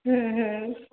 হুম হুম